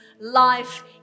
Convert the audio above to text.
life